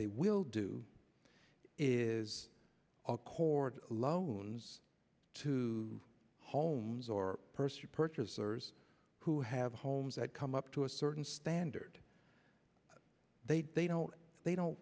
they will do is accord loans to homes or person purchasers who have homes that come up to a certain standard they don't they don't